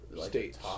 States